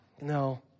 No